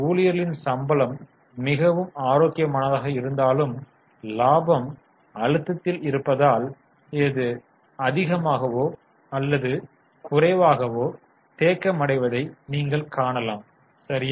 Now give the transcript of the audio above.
ஊழியர்களின் சம்பளம் மிகவும் ஆரோக்கியமானதாக இருந்தாலும் லாபம் அழுத்தத்தில் இருப்பதால் இது அதிகமாகவோ அல்லது குறைவாகவோ தேக்கமடைவதை நீங்கள் காணலாம் சரியா